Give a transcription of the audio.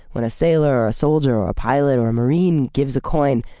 when a sailor or a soldier or a pilot or a marine gives a coin,